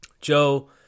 Joe